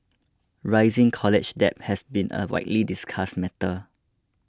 rising college debt has been a widely discussed matter